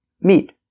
Meat